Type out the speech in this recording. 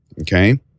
Okay